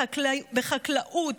בחקלאות,